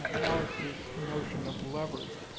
alex's notion of levers.